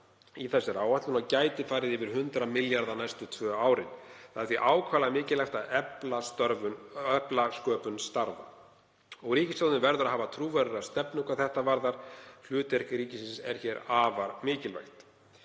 í þessari áætlun og þau gætu farið yfir 100 milljarða næstu tvö árin. Það er því ákaflega mikilvægt að efla sköpun starfa og ríkisstjórnin verður að hafa trúverðuga stefnu hvað það varðar. Hlutverk ríkisins er hér afar mikilvægt.